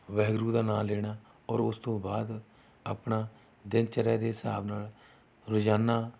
ਵਾਹਿਗੁਰੂ ਦਾ ਨਾਮ ਲੈਣਾ ਔਰ ਉਸ ਤੋਂ ਬਾਅਦ ਆਪਣਾ ਦਿਨਚਰਿਆ ਦੇ ਹਿਸਾਬ ਨਾਲ ਰੋਜ਼ਾਨਾ